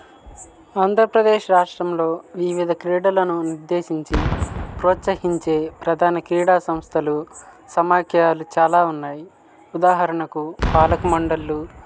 ఆంధ్రప్రదేశ్ రాష్ట్రంలో వివిధ క్రీడలను ఉద్దేశించి ప్రోత్సాహించే ప్రధాన క్రీడా సంస్థలు సమఖ్యాలు చాలా ఉన్నాయి ఉదాహరణకు పాలక మండల్లు